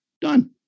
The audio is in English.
done